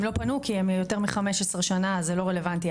הם לא פנו כי הם יותר מ-15 שנים בארץ וזה לא רלוונטי,